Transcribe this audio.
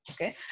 Okay